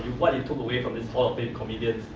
what you took away from these hall of fame comedians,